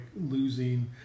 losing